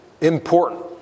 important